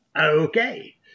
Okay